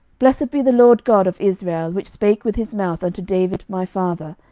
blessed be the lord god of israel, which spake with his mouth unto david my father,